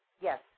Yes